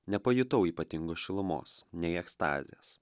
nepajutau ypatingos šilumos nei ekstazės